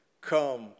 come